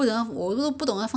if not he won't eat you know